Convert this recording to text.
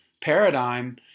paradigm